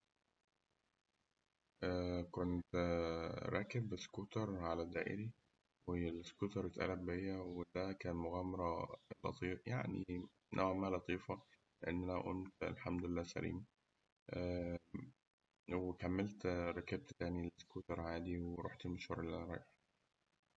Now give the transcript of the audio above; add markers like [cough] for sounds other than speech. [hesitation] كنت راكب سكوتر على الدائري، والإسكوتر اتقلب بيا على الدائري، والمغامرة لطي- نوعاً ما لطيفة، لأن أنا قمت الحمد لله سليم [hesitation] وكملت ركبت الإسكوتر عادي ورحت المشوار اللي أنا رايحه.